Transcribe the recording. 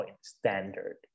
Standard